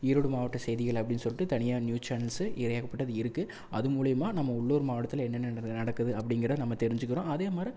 ஈரோடு மாவட்ட செய்திகள் அப்டின்னு சொல்லிட்டு தனியாக நியூஸ் சேனல்ஸு ஏகப்பட்டது இருக்குது அது மூலிமா நம்ம உள்ளூர் மாவட்டத்தில் என்னென்ன நடக்குது அப்டிங்கிறதை நம்ம தெரிஞ்சிக்கிறோம் அதேமாதிரி